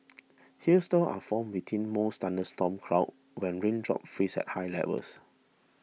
hailstones are formed within most thunderstorm clouds when raindrops freeze at high levels